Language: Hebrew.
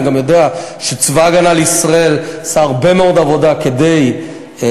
אני גם יודע שצבא הגנה לישראל עשה עבודה רבה מאוד כדי לשנות